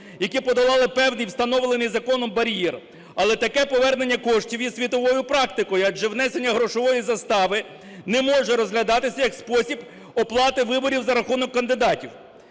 які подолали певний встановлений законом бар'єр, але таке повернення коштів є світовою практикою, адже внесення грошової застави не може розглядатися як спосіб оплати виборів за рахунок кандидатів.